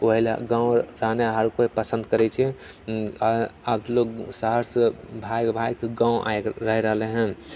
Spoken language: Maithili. ओहे लऽ गाँवमे रहनाइ हर केओ पसंद करैत छै अब लोग शहर से भागि भागिके गाँव आबिके रहि रहलै हन